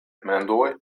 mendoj